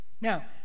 now